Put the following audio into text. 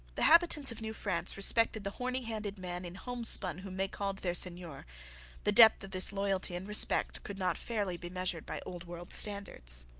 the habitants of new france respected the horny-handed man in homespun whom they called their seigneur the depth of this loyalty and respect could not fairly be measured by old-world standards.